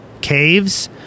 caves